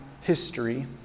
history